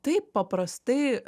taip paprastai